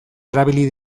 erabili